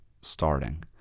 starting